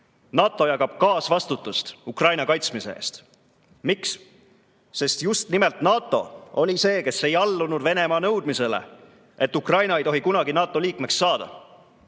NATO jagab kaasvastutust Ukraina kaitsmise eest. Miks? Sest just nimelt NATO oli see, kes ei allunud Venemaa nõudmisele, et Ukraina ei tohi kunagi NATO liikmeks saada.